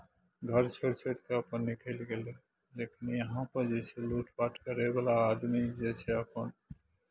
घर छोड़ि छोड़ि कऽ अपन निकलि गेलै लेकिन यहाँपर जे छै लूटपाट करयवला आदमी जे छै अपन